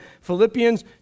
Philippians